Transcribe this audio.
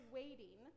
waiting